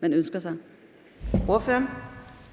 man ønsker sig? Kl.